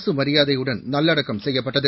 அரசு மரியாதையுடன் நல்லடக்கம் செய்யப்பட்டது